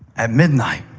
at midnight.